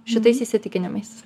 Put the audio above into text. šitais įsitikinimais